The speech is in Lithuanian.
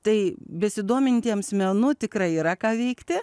tai besidomintiems menu tikrai yra ką veikti